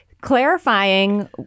clarifying